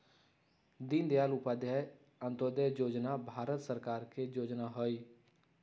दीनदयाल उपाध्याय अंत्योदय जोजना भारत सरकार के जोजना हइ